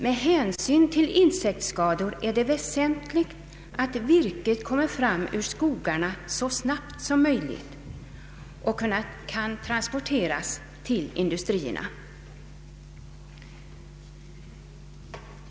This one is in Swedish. Med hänsyn till insektskador är det väsentligt att virket kommer fram ur skogarna så snabbt som möjligt och kan transporteras till industrierna.